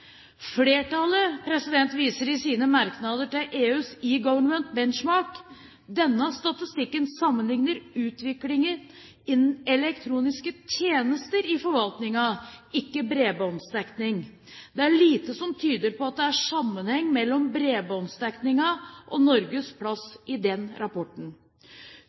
Flertallet viser i sine merknader til EUs eGovernment Benchmark Report. Denne statistikken sammenligner utviklingen innen elektroniske tjenester i forvaltningen, ikke bredbåndsdekning. Det er lite som tyder på at det er sammenheng mellom bredbåndsdekningen og Norges plass i den rapporten.